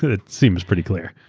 it seems pretty clear.